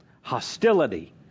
Hostility